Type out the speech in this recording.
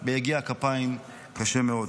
ביגיע הכפיים, קשה מאוד.